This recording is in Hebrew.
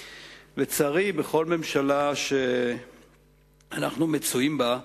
לצערי, בכל ממשלה שאנחנו מצויים בה,